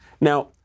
Now